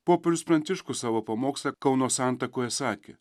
popiežius pranciškus savo pamoksle kauno santakoje sakė